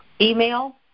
Email